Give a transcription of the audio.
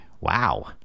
Wow